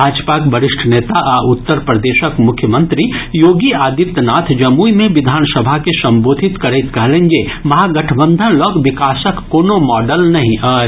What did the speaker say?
भाजपाक वरिष्ठ नेता आ उत्तर प्रदेशक मुख्यमंत्री योगी आदित्यनाथ जमुई मे चुनावी सभा के संबोधित करैत कहलनि जे महागठबंधन लग विकासक कोनो मॉडल नहि अछि